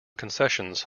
concessions